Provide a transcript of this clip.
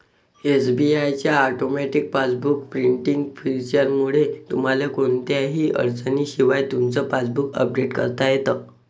SBI च्या automatic passbook printing फीचरमुळे तुम्हाला कोणत्याही अडचणीशिवाय तुमचं पासबुक अपडेट करता येतं